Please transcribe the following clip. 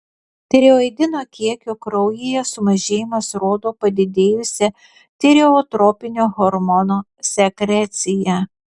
tireoidino kiekio kraujyje sumažėjimas rodo padidėjusią tireotropinio hormono sekreciją